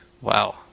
Wow